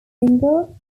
single